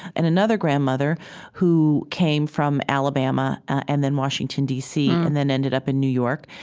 and another grandmother who came from alabama and then washington, d c. and then ended up in new york.